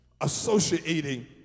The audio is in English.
associating